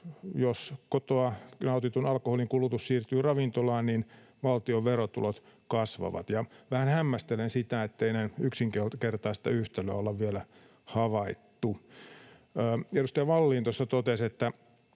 jos kotona nautitun alkoholin kulutus siirtyy ravintolaan, valtion verotulot kasvavat. Vähän hämmästelen sitä, ettei näin yksinkertaista yhtälöä olla vielä havaittu. Edustaja Vallin tuossa totesi, että